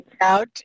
out